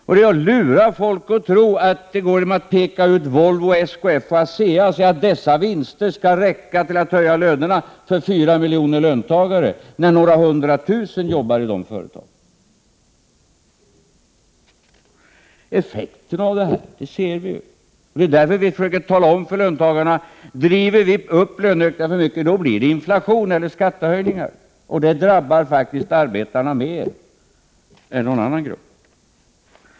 Det är att lura folk om man pekar ut Volvo, SKF och ASEA och säger att vinsterna där skall räcka för att höja lönerna för fyra miljoner löntagare — eftersom bara några hundra tusen jobbar i de företagen. Effekterna av detta kan vi se. Det är därför vi försöker tala om för löntagarna: Driver vi upp löneökningarna för mycket blir det inflation eller skattehöjningar, och det drabbar faktiskt arbetarna mer än någon annan grupp.